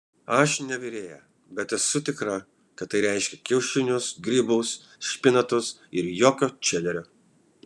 aš ne virėja bet esu tikra kad tai reiškia kiaušinius grybus špinatus ir jokio čederio